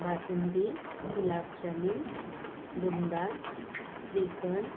basundi gulab jamun boondi shrikhand